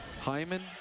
Hyman